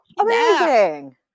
Amazing